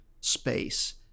space